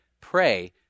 pray